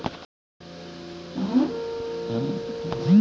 Cold storage में कौन कौन सी फसलें रखी जाती हैं?